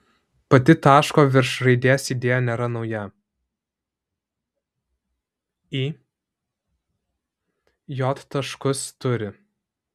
pati taško virš raidės idėja nėra nauja i j taškus turi